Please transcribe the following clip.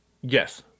Yes